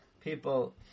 People